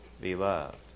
Beloved